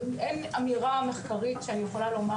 אין אמירה מחקרית שאני יכולה לומר,